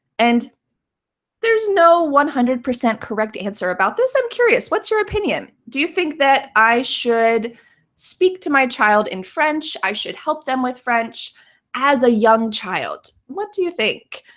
and there's no one hundred percent correct answer about this. i'm curious, what's your opinion? do you think that i should speak to my child in french, i should help them with french as a young child? what do you think?